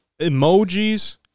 emojis